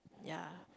ya